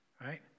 right